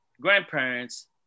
grandparents